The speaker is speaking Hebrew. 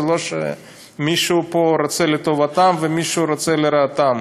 זה לא שמישהו פה רוצה לטובתם ומישהו רוצה לרעתם.